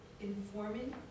informing